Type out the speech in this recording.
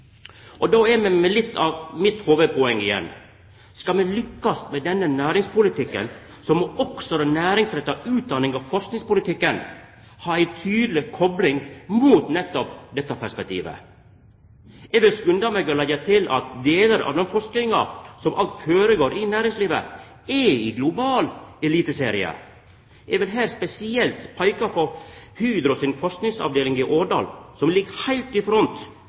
tilsette. Då er me ved litt av mitt hovudpoeng igjen. Skal vi lykkast med denne næringspolitikken, må også den næringsretta utdannings- og forskingspolitikken ha ei tydeleg kopling mot nettopp dette perspektivet. Eg vil skunda meg å leggja til at delar av den forskinga som alt føregår i næringslivet, er i global eliteserie. Eg vil her spesielt peika på Hydro si forskingsavdeling i Årdal, som ligg heilt i front